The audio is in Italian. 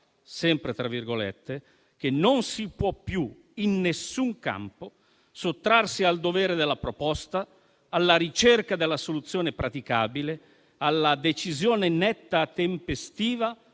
sempre testualmente - che «Non si può più, in nessun campo, sottrarsi al dovere della proposta, alla ricerca della soluzione praticabile, alla decisione netta e tempestiva